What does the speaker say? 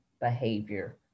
behavior